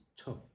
tough